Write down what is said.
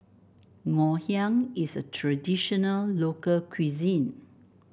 Ngoh Hiang is a traditional local cuisine